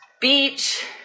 beach